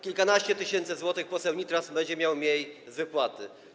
Kilkanaście tysięcy złotych poseł Nitras będzie miał mniej z wypłaty.